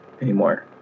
anymore